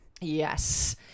yes